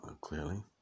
clearly